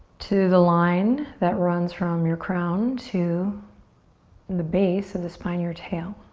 to the line that runs from your crown to the base of the spine, your tail.